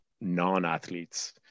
non-athletes